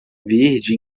verde